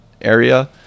area